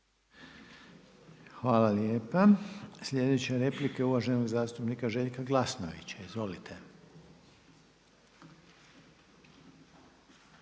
Hvala lijepa. Sljedeća replika je uvaženog zastupnika Željka Glasnovića. Izvolite.